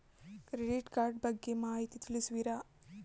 Credit card ಬಗ್ಗೆ ಮಾಹಿತಿ ತಿಳಿಸುವಿರಾ?